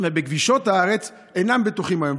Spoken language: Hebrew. ובכבישות הארץ, אינם בטוחים היום.